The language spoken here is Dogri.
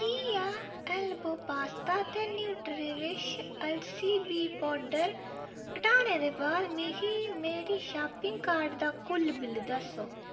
केया ऐल्बो पास्ता ते न्यूट्रीविश अलसी बी पौडर हटाने दे बाद मिगी मेरी शापिंग कार्ट दा कुल बिल दस्सो